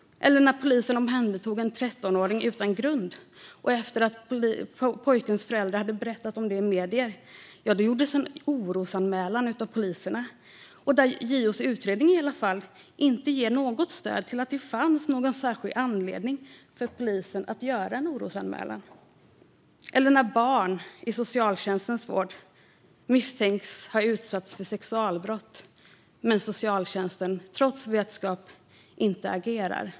I ett ärende omhändertog polisen en 13-åring utan grund, och efter att pojkens föräldrar berättat om detta i medier gjordes en orosanmälan av poliserna. JO:s utredning ger inte något stöd till att det fanns en särskild anledning för polisen att göra en orosanmälan. Det har hänt att barn i socialtjänstens vård misstänkts ha utsatts för sexualbrott, men att socialtjänsten, trots vetskap, inte agerat.